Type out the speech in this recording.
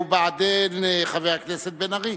ו"בעדין" חבר הכנסת בן-ארי.